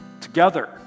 together